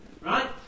Right